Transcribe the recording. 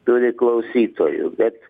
turi klausytojų bet